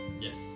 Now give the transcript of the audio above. Yes